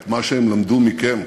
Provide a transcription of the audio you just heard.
את מה שהם למדו מכם.